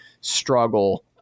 struggle